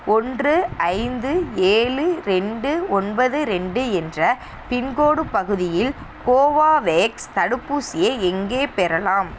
ஒன்று ஐந்து ஏழு ரெண்டு ஒன்பது ரெண்டு என்ற பின்கோடு பகுதியில் கோவாவேக்ஸ் தடுப்பூசியை எங்கே பெறலாம்